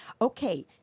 Okay